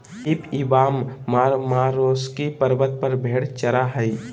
Pip Ivan Marmaroski पर्वत पर भेड़ चरा हइ